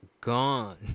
gone